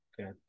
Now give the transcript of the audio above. Okay